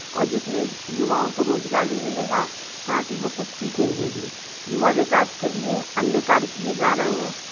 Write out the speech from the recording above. और जिसमें युवाओं को रोज़गार भी मिलेगा साथ ही वो कुछ सीखेंगे भी युवा विकास के लिए अन्य कार्य किए जा रहे हैं